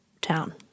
town